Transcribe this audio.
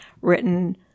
written